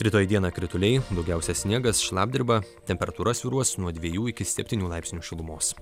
rytoj dieną krituliai daugiausiai sniegas šlapdriba temperatūra svyruos nuo dviejų iki septynių laipsnių šilumos